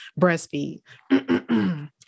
breastfeed